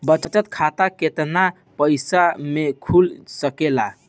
बचत खाता केतना पइसा मे खुल सकेला?